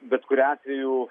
bet kuriuo atveju